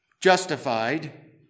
justified